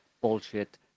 bullshit